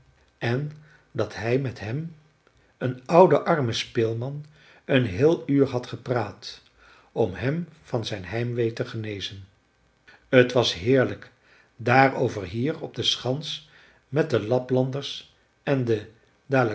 en dat hij met hem een ouden armen speelman een heel uur had gepraat om hem van zijn heimwee te genezen t was heerlijk daarover hier op de schans met de laplanders en de